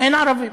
אין ערבים.